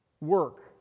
work